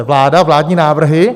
Vláda, vládní návrhy?